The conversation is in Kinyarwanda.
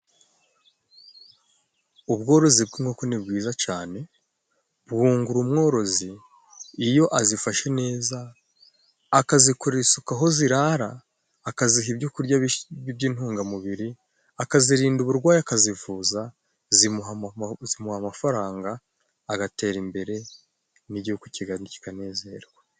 Ubworozi bw'inkoko ni bwiza cane， bwungura umworozi iyo azifashe neza， akazikorera isuku aho zirara， akaziha ibyo kurya by'intungamubiri， akazirinda uburwayi，akazivuza， zimuha amafaranga agatera imbere n'igihugu kigari kikanezerwa.